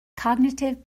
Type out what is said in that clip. cognitive